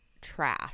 trash